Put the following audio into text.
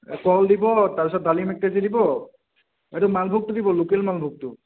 কল দিব তাৰপিছত ডালিম এক কেজি দিব এইটো মালভোগটো দিব লোকেল মালভোগটো